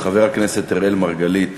חבר הכנסת אראל מרגלית